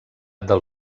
del